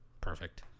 Perfect